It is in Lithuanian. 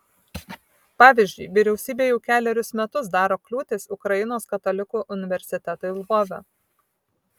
pavyzdžiui vyriausybė jau kelerius metus daro kliūtis ukrainos katalikų universitetui lvove